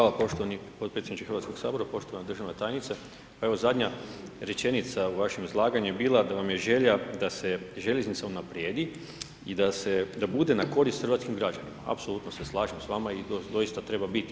Hvala poštovani potpredsjedniče Hrvatskog sabora, poštovana državna tajnice, zadnja rečenica u vašem izlaganju je bila da vam je želja da se željeznica unaprijedi i da bude na korist hrvatskim građanima, apsolutno se slažem sa vama i to doista treba biti.